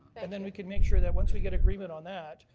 and then we can make sure that once we get agreement on that,